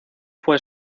fue